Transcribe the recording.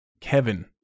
Kevin